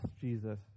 Jesus